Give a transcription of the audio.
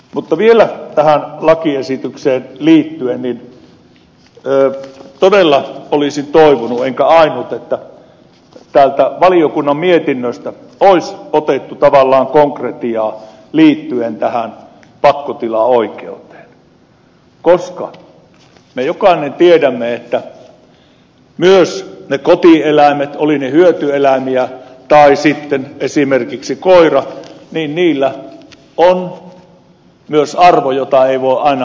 mutta vielä tähän lakiesitykseen liittyen todella olisin toivonut enkä ole ainoa että täältä valiokunnan mietinnöstä olisi tavallaan otettu konkretiaa liittyen pakkotilaoikeuteen koska me jokainen tiedämme että myös kotieläimillä olivat ne hyötyeläimiä tai sitten esimerkiksi koira on myös arvo jota ei voi aina rahassa mitata